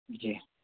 जी